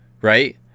right